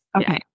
Okay